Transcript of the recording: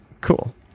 Cool